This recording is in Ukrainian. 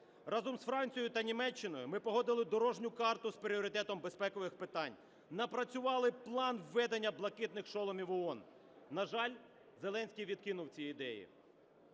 Разом з Францією та Німеччиною ми погодили дорожню карту з пріоритетом безпекових питань, напрацювали план введення "блакитних шоломів" ООН. На жаль, Зеленський відкинув ці ідеї,